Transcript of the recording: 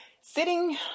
sitting